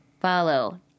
follow